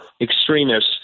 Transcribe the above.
extremists